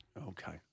Okay